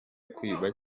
kwiba